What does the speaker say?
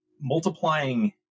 multiplying